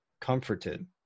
comforted